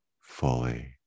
fully